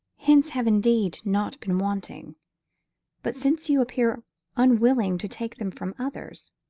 hints have indeed not been wanting but since you appear unwilling to take them from others,